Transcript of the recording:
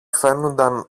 φαίνουνταν